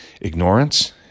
ignorance